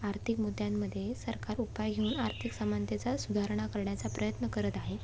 आर्थिक मुद्यांमध्ये सरकार उपाय घेऊन आर्थिक समानतेचा सुधारणा करण्याचा प्रयत्न करत आहे